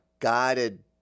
Guided